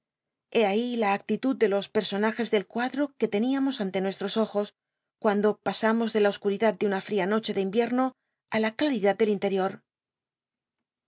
ahi la actitud de los personajes del cuadro que teníamos ante nuestros ojos cuando pasamos de la oscuridad de una fria noche de imierno i la claridad del intetio